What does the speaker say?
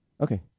okay